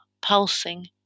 pulsing